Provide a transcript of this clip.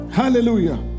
hallelujah